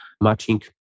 matching